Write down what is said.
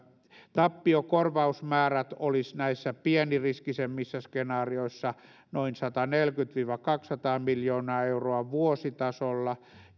tappiokorvausmäärät olisivat näissä pieniriskisemmissä skenaarioissa noin sataneljäkymmentä viiva kaksisataa miljoonaa euroa vuositasolla